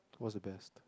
what's the best